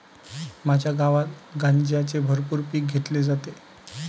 माझ्या गावात गांजाचे भरपूर पीक घेतले जाते